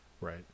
Right